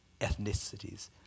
ethnicities